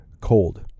cold